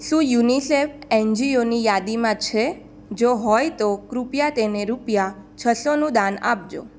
શું યુનિસેફ એનજીઓની યાદીમાં છે જો હોય તો કૃપયા તેને રૂપિયા છસોનું દાન આપજો